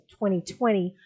2020